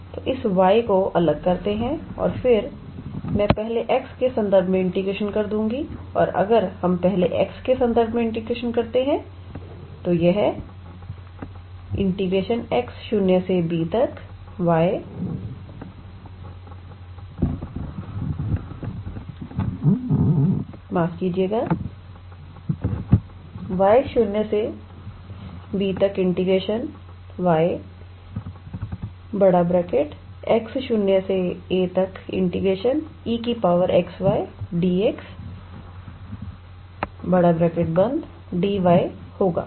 तो इस y को अलग करते हैं और फिर मैं पहले x के संदर्भ में इंटीग्रेशन कर दूंगी और अगर हम पहले x के संदर्भ इंटीग्रेशन करते हैं तो यह y0b 𝑦x0a𝑒 𝑥𝑦𝑑𝑥𝑑𝑦 होगा